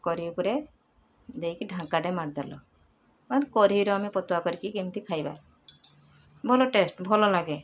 କରି ଉପରେ ଦେଇକି ଢ଼ାଙ୍କା ଟେ ମାରିଦେଲ ମାନେ କରିର ଆମେ ପତୁଆ କରିକି କେମିତି ଖାଇବା ଭଲ ଟେଷ୍ଟ ଭଲ ନାଗେ